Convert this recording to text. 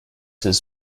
his